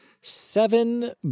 seven